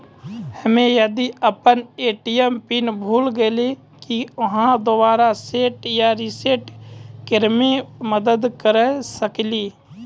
हम्मे यदि अपन ए.टी.एम पिन भूल गलियै, की आहाँ दोबारा सेट या रिसेट करैमे मदद करऽ सकलियै?